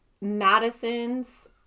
Madison's